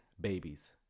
babies